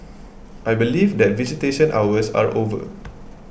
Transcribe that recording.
I believe that visitation hours are over